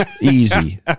Easy